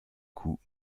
coup